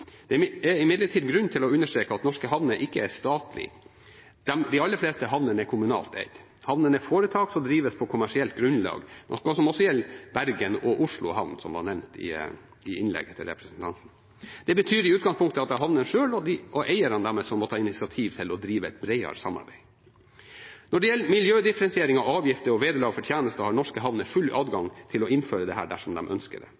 Det er imidlertid grunn til å understreke at norske havner ikke er statlige. De aller fleste havnene er kommunalt eid. Havnene er foretak som drives på kommersielt grunnlag, noe som også gjelder Bergen Havn og Oslo Havn, som var nevnt i innlegget til representanten. Det betyr i utgangspunktet at det er havnene selv og eierne deres som må ta initiativ til å drive et bredere samarbeid. Når det gjelder miljødifferensiering av avgifter og vederlag for tjenester, har norske havner full adgang til å innføre dette dersom de ønsker det.